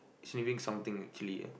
it's leaving something actually eh